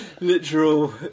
literal